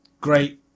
great